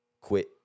quit